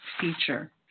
feature